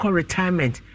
retirement